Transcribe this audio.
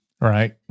Right